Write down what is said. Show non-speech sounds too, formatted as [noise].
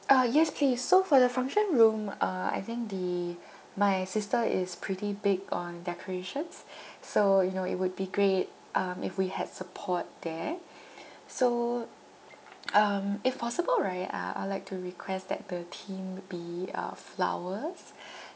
uh yes please so for the function room uh I think the my sister is pretty big on decorations so you know it would be great um if we had support there so [noise] um if possible right uh I would like to request that the theme be uh flowers